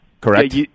Correct